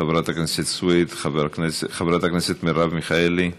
חברת הכנסת סויד, חברת הכנסת מרב מיכאלי,